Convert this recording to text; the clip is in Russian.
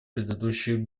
предыдущие